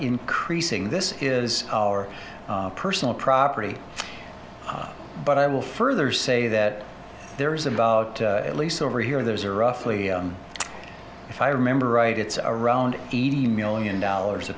increasing this is our personal property but i will further say that there is about at least over here there's a roughly if i remember right it's around eighty million dollars